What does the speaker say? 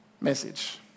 message